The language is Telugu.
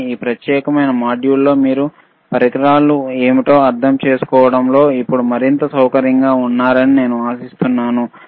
కానీ ఈ ప్రత్యేకమైన మాడ్యూళ్ళతో మీరు ఈ పరికరాలు ఏమిటో అర్థం చేసుకోవడం లో ఇప్పుడు మరింత సౌకర్యంగా ఉన్నారని నేను ఆశిస్తున్నాను